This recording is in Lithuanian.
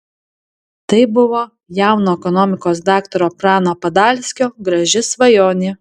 tai buvo jauno ekonomikos daktaro prano padalskio graži svajonė